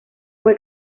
fue